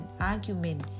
argument